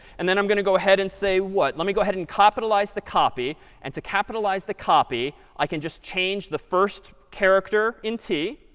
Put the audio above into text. and then i'm going to go ahead and say what? let me go ahead and capitalize the copy. and to capitalize the copy, i can just change the first character in t,